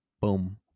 Boom